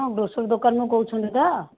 ଆପଣ ଗ୍ରୋସରୀ ଦୋକାନ୍ରୁ କହୁଛନ୍ତି ତ